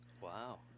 Wow